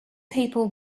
people